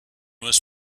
was